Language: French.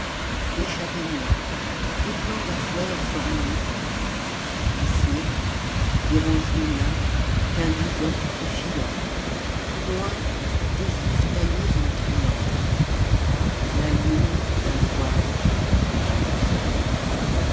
des châtaigniers des plants de fleurs formant la dune ici des rosiers nains qu'un goût docte effila plus loin des ifs taillés en triangles la lune d'un soir d'été sur tout cela